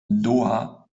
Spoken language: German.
doha